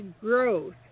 growth